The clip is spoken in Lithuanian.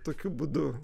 tokiu būdu